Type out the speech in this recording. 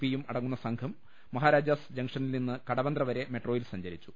P യും അട ങ്ങുന്ന സംഘം മാഹാരാജാസ് ജംഗ്ഷനിൽ നിന്ന് കടവന്തറ വരെ മെട്രോയിൽ സഞ്ചരിച്ചു